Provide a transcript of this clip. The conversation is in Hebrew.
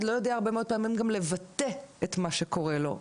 לא יודע הרבה מאוד פעמים גם לבטא את מה שקורה לו,